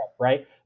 right